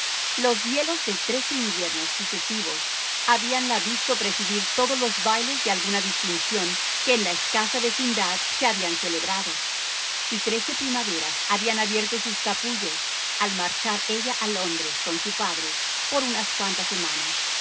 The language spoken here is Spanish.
los hielos de trece inviernos sucesivos habíanla visto presidir todos los bailes de alguna distinción que en la escasa vecindad se habían celebrado y trece primaveras habían abierto sus capullos al marchar ella a londres con su padre por unas cuantas semanas